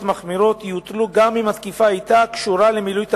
מחמירות יוטלו גם אם התקיפה היתה קשורה למילוי תפקידו,